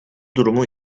durumu